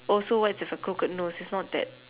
also what if it's a crooked nose it's not that